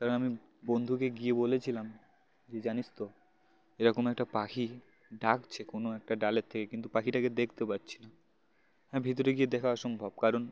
কারণ আমি বন্ধুকে গিয়ে বলেছিলাম যে জানিস তো এরকম একটা পাখি ডাকছে কোনো একটা ডালের থেকে কিন্তু পাখিটাকে দেখতে পাচ্ছি না হ্যাঁ ভিতরে গিয়ে দেখা অসম্ভব কারণ